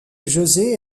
josé